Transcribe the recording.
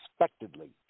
unexpectedly